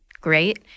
Great